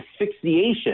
asphyxiation